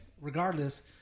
regardless